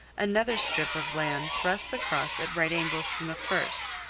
another strip of land thrusts across at right angles from the first,